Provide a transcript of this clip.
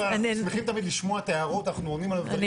אנחנו שמחים תמיד לשמוע את ההערות --- מקבלים את הביקורת.